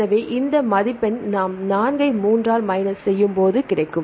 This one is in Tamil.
எனவே இந்த மதிப்பெண் நாம் 4 ஐ 3 ஆல் மைனஸ் செய்யும் போது கிடைக்கும்